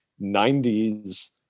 90s